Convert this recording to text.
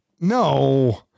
No